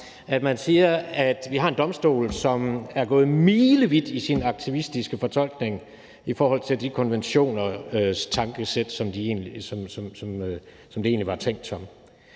at man siger, at vi har en domstol, som er gået milevidt i sin aktivistiske fortolkning i forhold til konventionernes tankesæt, altså sådan som de egentlig var tænkt.